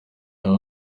aba